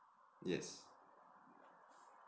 yes